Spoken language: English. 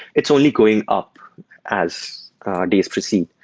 it's only going up as days proceed.